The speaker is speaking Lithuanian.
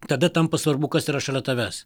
tada tampa svarbu kas yra šalia tavęs